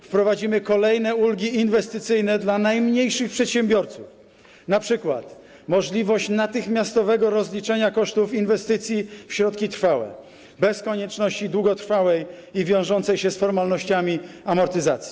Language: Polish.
Wprowadzimy kolejne ulgi inwestycyjne dla najmniejszych przedsiębiorców, np. możliwość natychmiastowego rozliczenia kosztów inwestycji w środki trwałe, bez konieczności długotrwałej i wiążącej się z formalnościami amortyzacji.